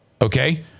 okay